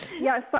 yes